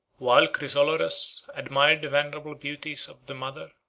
while chrysoloras admired the venerable beauties of the mother,